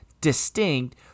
distinct